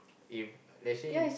if let's say